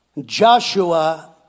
Joshua